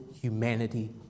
humanity